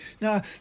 Now